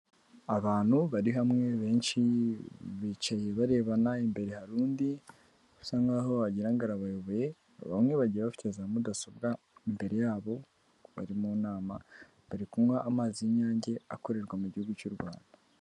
Abantu bari hamwe benshi bicaye barebana imbere hari undi uasa nk'aho wagira ngo arabayoboye bamwe bagiye bafite za mudasobwa imbere yabo bari mu nama bari kunywa amazi y'Inyange akorerwa mu gihugu cy'u Rwanda.